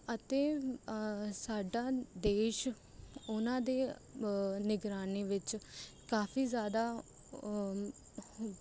ਅਤੇ ਸਾਡਾ ਦੇਸ਼ ਉਹਨਾਂ ਦੇ ਨਿਗਰਾਨੀ ਵਿੱਚ ਕਾਫੀ ਜ਼ਿਆਦਾ